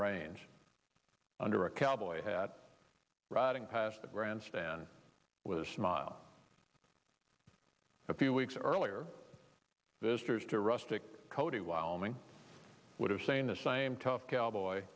range under a cowboy hat riding past the grandstand with a smile a few weeks earlier this year is to rustic cody wyoming would have saying the same tough cowboy